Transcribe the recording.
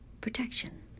protection